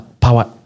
power